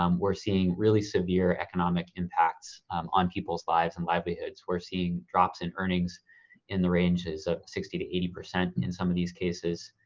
um we're seeing really severe economic impacts on people's lives and livelihoods. we're seeing drops in earnings in the ranges ah sixty to eighty percent and in some of these cases.